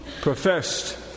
professed